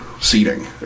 seating